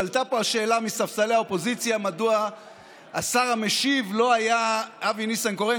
עלתה פה שאלה מספסלי האופוזיציה מדוע השר המשיב לא היה אבי ניסנקורן,